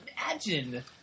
imagine